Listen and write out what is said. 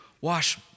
wash